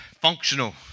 functional